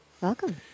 welcome